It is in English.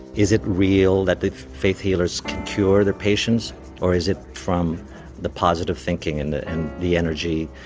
is it real that the faith healers can cure their patients or is it from the positive thinking and the and the energy.